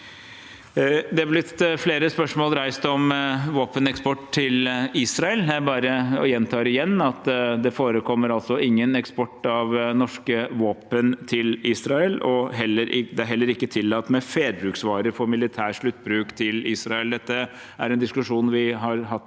Det er blitt reist flere spørsmål om våpeneksport til Israel. Jeg gjentar igjen at det ikke forekommer noen eksport av norske våpen til Israel, og det er heller ikke tillatt med flerbruksvarer for militær sluttbruk til Israel. Dette er en diskusjon vi har hatt